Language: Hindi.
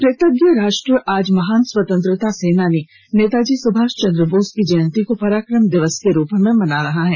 कृतज्ञ राष्ट्र आज महान स्वतंत्रता सेनानी नेताजी सुभाष चंद्र बोस की जयंती को पराक्रम दिवस के रूप में मना रहा है